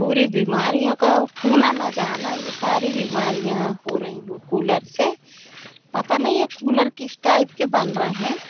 पूरी बीमारियों को फूलन आ जाना ये सारी बीमारियाँ हो रही हैं कूलर से पता नहीं यह कूलर किस टाइप के बन रहे हैं